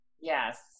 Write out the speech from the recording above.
Yes